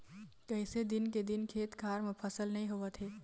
कइसे दिन के दिन खेत खार म फसल नइ होवत हे